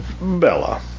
Bella